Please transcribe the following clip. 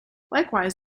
likewise